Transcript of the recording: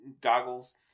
goggles